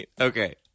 Okay